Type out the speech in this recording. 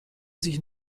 sich